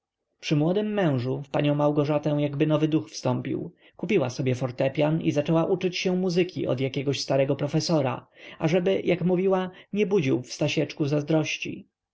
przy młodym mężu w panią małgorzatę jakby nowy duch wstąpił kupiła sobie fortepian i zaczęła uczyć się muzyki od jakiegoś starego profesora ażeby jak mówiła nie budził w stasieczku zazdrości